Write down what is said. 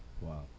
Wow